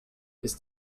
ist